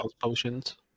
potions